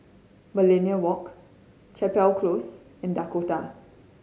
Millenia Walk Chapel Close and Dakota